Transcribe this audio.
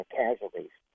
casualties